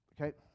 Okay